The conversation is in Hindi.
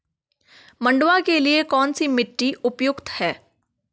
मंडुवा के लिए कौन सी मिट्टी उपयुक्त है?